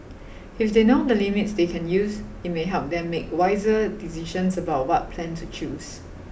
if they know the limits they can use it may help them make wiser decisions about what plan to choose